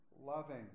Loving